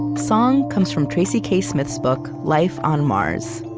song comes from tracy k. smith's book life on mars.